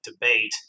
debate